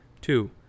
Two